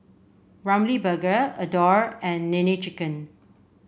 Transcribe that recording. Ramly Burger Adore and Nene Chicken